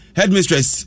Headmistress